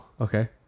Okay